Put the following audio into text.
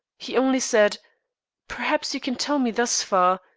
he only said perhaps you can tell me thus far,